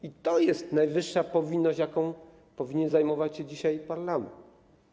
I to jest najwyższa powinność, jaką powinien zajmować się dzisiaj parlament.